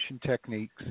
techniques